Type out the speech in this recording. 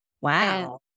wow